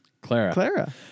Clara